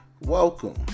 welcome